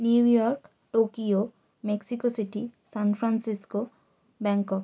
new York Tokyo Mexico City San Francisco Bangkok